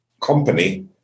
company